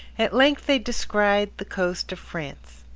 at length they descried the coast of france.